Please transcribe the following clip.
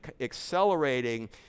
accelerating